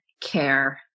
care